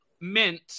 mint